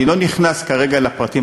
אני לא נכנס כרגע לפרטים.